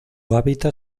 hábitat